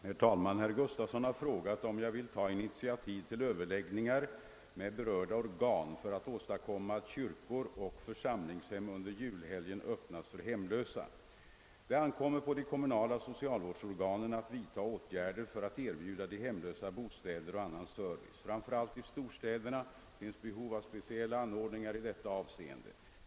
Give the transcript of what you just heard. Herr talman! Herr Gustavsson i Alvesta har frågat om jag vill ta initiativ till överläggningar med berörda organ för att åstadkomma att kyrkor och församlingshem under julhelgen öppnas för hemlösa. Det ankommer på de kommunala socialvårdsorganen att vidta åtgärder för att erbjuda de hemlösa bostäder och annan service. Framför allt i storstäderna finns behov av speciella anordningar i detta avseende.